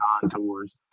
contours